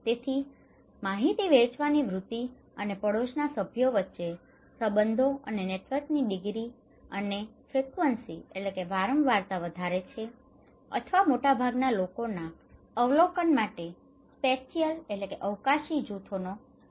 તેથી માહિતી વહેંચવાની વૃત્તિ અને પડોશના સભ્યો વચ્ચે સંબંધો અને નેટવર્કની ડિગ્રી degree પ્રમાણ અને ફ્રીક્વન્સી frequency વારંવારતા વધારે છે અથવા મોટાભાગના લોકોના અવલોકન માટે સ્પેટીયલ spatial અવકાશી જૂથનો સ્ત્રોત છે